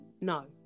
No